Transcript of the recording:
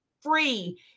free